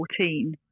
14